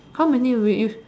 how many we use